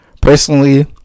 Personally